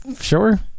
Sure